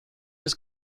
his